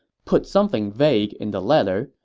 put something vague in the letter,